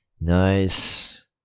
Nice